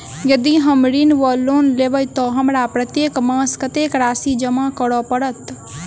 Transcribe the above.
यदि हम ऋण वा लोन लेबै तऽ हमरा प्रत्येक मास कत्तेक राशि जमा करऽ पड़त?